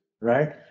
Right